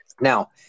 Now